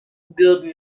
build